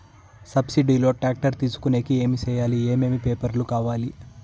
Subsidy లో tractor తీసుకొనేకి ఏమి చేయాలి? ఏమేమి పేపర్లు కావాలి?